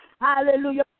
Hallelujah